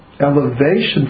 elevation